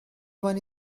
one